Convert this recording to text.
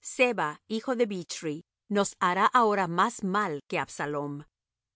seba hijo de bichri nos hará ahora más mal que absalom